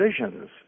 decisions